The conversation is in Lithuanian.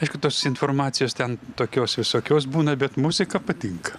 aišku tos informacijos ten tokios visokios būna bet muzika patinka